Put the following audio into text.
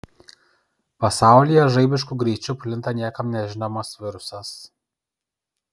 pasaulyje žaibišku greičiu plinta niekam nežinomas virusas